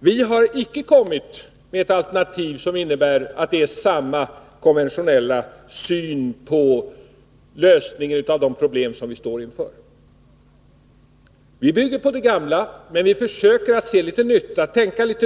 Vi har icke kommit med ett alternativ som innebär att det är fråga om samma konventionella syn på lösningen av de problem som vi står inför. Vi bygger på det gamla. Men vi försöker med nya tankegångar och ett nytt synsätt.